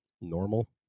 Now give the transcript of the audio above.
normal